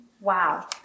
Wow